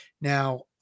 Now